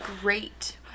Great